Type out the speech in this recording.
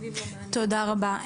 תודה רבה.